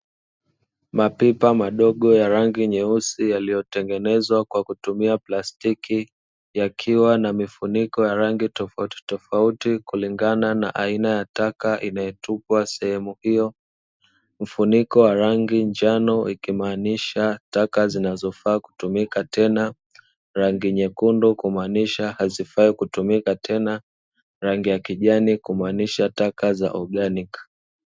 Mapipa madogo ya rangi nyeusi yaliyotengenezwa kwa kutumia plastiki, yakiwa na mifuniko ya rangi tofautitofauti kulingana na aina ya taka inayotupwa sehemu hiyo. Mfuniko wa rangi njano ikimaanisha taka zinazofaa kutumika tena, rangi nyekundu kumaanisha hazifai kutumika tena, rangi ya kijani kumaanisha taka za organiki.